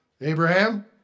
Abraham